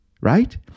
right